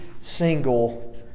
single